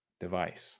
device